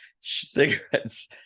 cigarettes